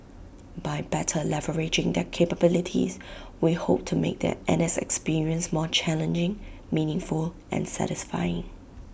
by better leveraging their capabilities we hope to make their N S experience more challenging meaningful and satisfying